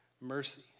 mercy